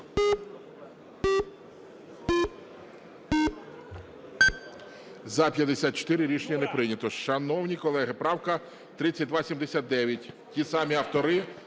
За-54 Рішення не прийнято.